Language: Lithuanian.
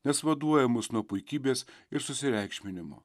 nes vaduoja mus nuo puikybės ir susireikšminimo